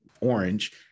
orange